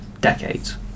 decades